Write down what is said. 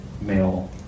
male